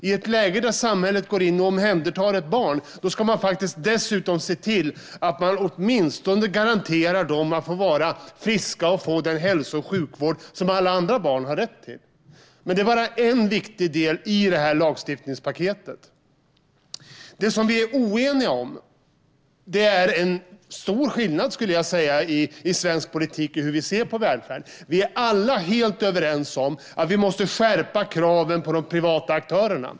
I ett läge där samhället går in och omhändertar ett barn ska man se till att man åtminstone garanterar det barnet att få vara friskt och få den hälso och sjukvård som alla andra barn har rätt till. Men det är bara en viktig del i detta lagstiftningspaket. Det finns en stor skillnad i svensk politik i hur vi ser på välfärd. Vi är alla helt överens om att vi måste skärpa kraven på de privata aktörerna.